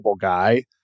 guy